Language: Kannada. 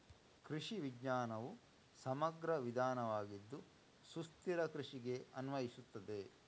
ಕೃಷಿ ವಿಜ್ಞಾನವು ಸಮಗ್ರ ವಿಧಾನವಾಗಿದ್ದು ಸುಸ್ಥಿರ ಕೃಷಿಗೆ ಅನ್ವಯಿಸುತ್ತದೆ